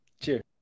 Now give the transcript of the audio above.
Cheers